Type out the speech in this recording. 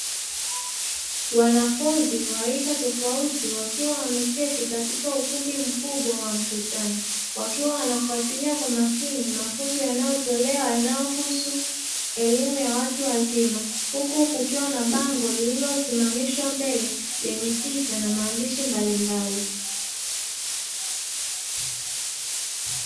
Wanafunzi wa rika tofauti wakiwa wameketi katika ukumbi mkubwa wa mkutano; wakiwa wanafuatilia kwa makini mafunzo yanayotolewa yanayohusu elimu ya watu wazima, huku kukiwa na bango lililosimamishwa mbele lenye picha na maandishi mbalimbali.